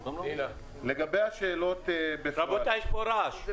רבותיי, יש פה רעש.